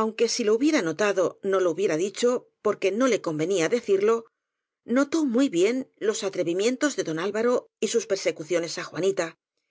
aunque si lo hubiera notado no lo hubiera dicho porque no le convenía decirlo noto muy bien los atrevimientos de don alvaro y sus perse cuciones á juanita